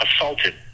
assaulted